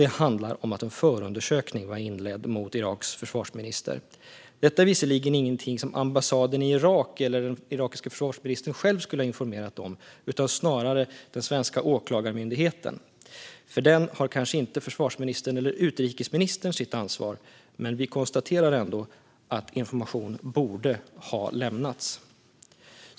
Det handlar om att en förundersökning var inledd mot Iraks försvarsminister. Detta är visserligen inget som ambassaden i Irak eller den irakiske försvarsministern själv skulle ha informerat om utan snarare den svenska åklagarmyndigheten. För den har kanske inte försvarsministern eller utrikesministern ansvar, men vi konstaterar ändå att information borde ha lämnats.